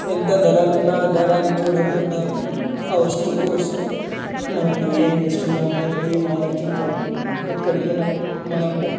ఎంత ధరలున్నా ధరలు చూడకుండా ఆ వస్తువు కోసం మనం ఏం చేస్తున్నామో ఏం ఆలోచించము ఎక్కడికైనా మనకు అప్